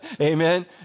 Amen